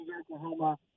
Oklahoma